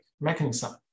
mechanism